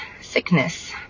sickness